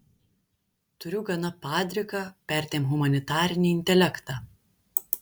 turiu gana padriką perdėm humanitarinį intelektą